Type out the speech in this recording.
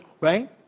right